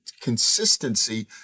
Consistency